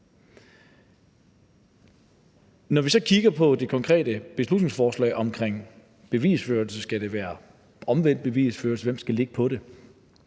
Når vi så kigger på det konkrete beslutningsforslag omkring bevisførelse, altså om det skal være omvendt bevisførelse, og hvem bevisbyrden